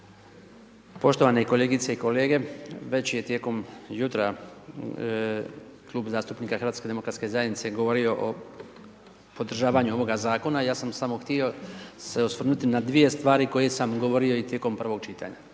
poštovane kolegice i kolege, već je tijekom jutra klub zastupnika HDZ-a govorio o podržavanju ovoga Zakona, ja sam samo htio se osvrnuti na dvije stvari koje sam govorio i tijekom prvog čitanja.